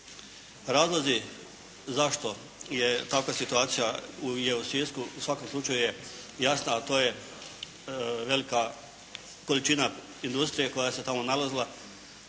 Razlozi zašto je takva situacija u Sisku, u svakom slučaju je jasna, a to je velika količina industrije koja se tamo nalazila.